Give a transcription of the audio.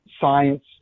science